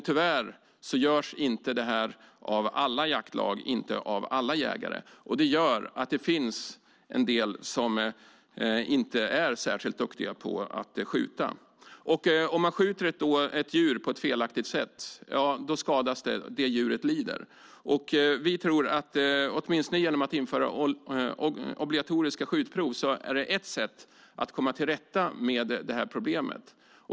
Tyvärr görs inte detta av alla jaktlag och alla jägare, vilket gör att det finns en del som inte är särskilt duktiga på att skjuta. Skjuter man ett djur på felaktigt sätt, skadas djuret och lider. Att införa obligatoriska skjutprov är ett sätt att komma till rätta med problemet.